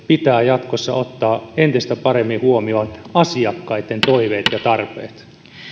pitää jatkossa ottaa entistä paremmin huomioon asiakkaitten toiveet ja tarpeet